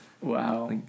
Wow